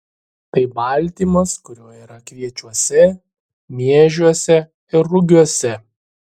tai baltymas kurio yra kviečiuose miežiuose ir rugiuose